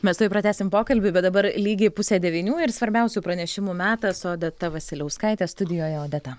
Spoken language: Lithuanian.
mes tuoj pratęsim pokalbį bet dabar lygiai pusė devynių ir svarbiausių pranešimų metas odeta vasiliauskaitė studijoje odeta